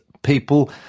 People